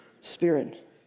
Spirit